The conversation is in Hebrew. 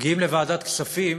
מגיעים לוועדת הכספים,